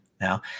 Now